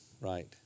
right